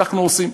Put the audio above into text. אנחנו עושים.